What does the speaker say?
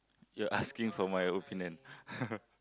you're asking for my opinion